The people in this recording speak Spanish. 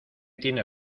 tiene